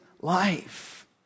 life